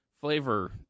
flavor